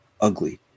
ugly